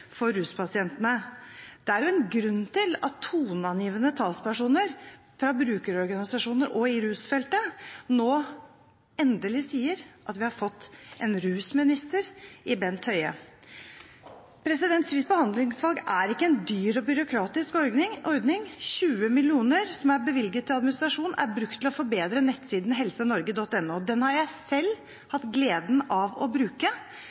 for ruspasientene. Det er en grunn til at toneangivende talspersoner fra brukerorganisasjoner og på rusfeltet nå endelig sier at vi har fått en rusminister i Bent Høie. Fritt behandlingsvalg er ikke en dyr og byråkratisk ordning – 20 mill. kr som er bevilget til administrasjon, er brukt til å forbedre nettsiden helsenorge.no. Den har jeg selv hatt gleden av å bruke